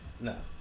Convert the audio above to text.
No